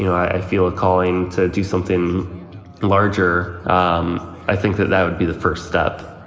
you know i feel a calling to do something larger, um i think that that would be the first step